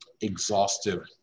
exhaustive